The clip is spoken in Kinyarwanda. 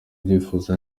byifuzo